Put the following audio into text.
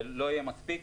זה לא יספיק.